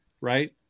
right